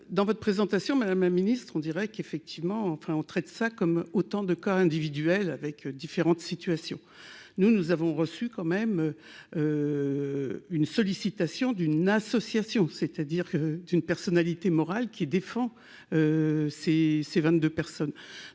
dans votre présentation, madame la ministre, on dirait qu'effectivement, enfin on traite ça comme autant de cas individuels avec différentes situations, nous, nous avons reçu quand même une sollicitation d'une association, c'est-à-dire que d'une personnalité morale qui défend ces ces 22 personnes,